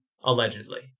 allegedly